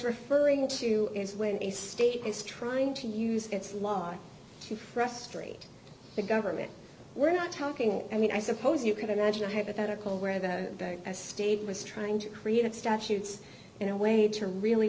referring to is when a state is trying to use its law to frustrate the government we're not talking i mean i suppose you could imagine a hypothetical where the state was trying to create statutes in a way to really